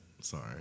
Sorry